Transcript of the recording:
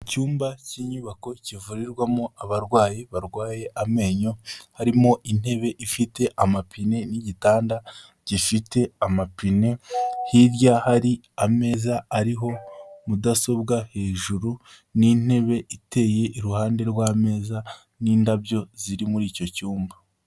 Icyumba cy'inyubako kivurirwamo abarwayi barwaye amenyo, harimo intebe ifite amapine n'igitanda gifite amapine, hirya hari ameza ariho mudasobwa hejuru n'intebe iteye iruhande rw'ameza n'indabyo ziri muri icyo cyumba.